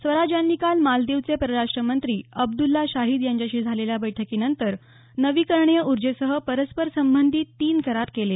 स्वराज यांनी काल मालदीवचे परराष्ट्रमंत्री अब्दुछ्छा शाहिद यांच्याशी झालेल्या बैठकीनंतर नवीकरणीय ऊर्जेसह परस्पर संबंधी तीन करार केले